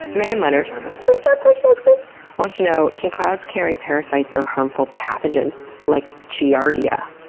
megan leonard first-time question asker wants to know can clouds carry parasites or harmful pathogens like giardia?